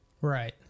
Right